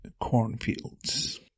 cornfields